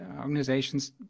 organizations